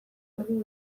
ordu